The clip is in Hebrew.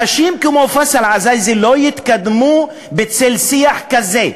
אנשים כמו פייסל עזאיזה לא יתקדמו בצל שיח כזה,